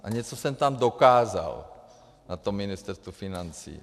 A něco jsem tam dokázal na tom Ministerstvu financí.